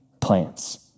plants